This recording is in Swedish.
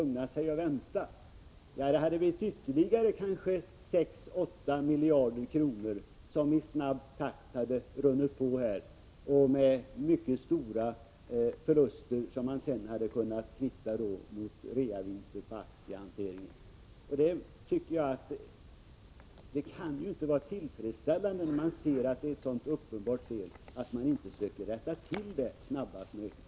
Om man hade gjort det, hade det kanske i snabb takt tillkommit ytterligare 6 å 8 miljarder i sådana här lån med mycket stora förluster som man hade kunnat kvitta mot reavinster på aktiehanteringen. När man ser att det är ett så uppenbart fel, kan det inte vara tillfredsställande att man inte rättar till det snabbast möjligt.